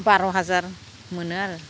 बार' हाजार मोनो आरो